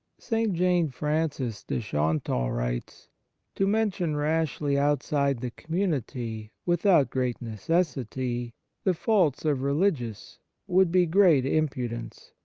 st. jane frances de chantal writes to mention rashly outside the community with out great necessity the faults of religious would be great impudence.